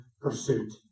pursuit